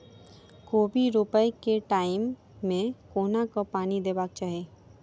कोबी रोपय केँ टायम मे कोना कऽ पानि देबाक चही?